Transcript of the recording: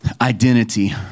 identity